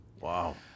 wow